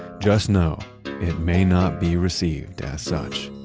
just know it may not be received as such